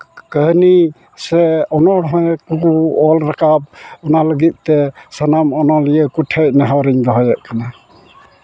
ᱠᱟᱹᱦᱱᱤ ᱥᱮ ᱚᱱᱚᱬᱦᱮ ᱠᱚᱦᱚᱸ ᱚᱞ ᱨᱟᱠᱟᱵ ᱚᱱᱟ ᱞᱟᱹᱜᱤᱫ ᱛᱮ ᱥᱟᱱᱟᱢ ᱚᱱᱚᱞᱤᱭᱟᱹ ᱠᱚ ᱴᱷᱮᱱ ᱱᱮᱦᱚᱨᱤᱧ ᱫᱚᱦᱚᱭᱮᱫ ᱠᱟᱱᱟ